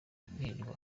nirirwa